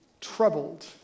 troubled